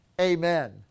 Amen